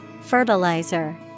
Fertilizer